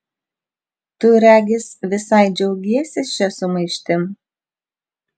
tu regis visai džiaugiesi šia sumaištim